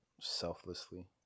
selflessly